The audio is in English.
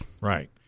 Right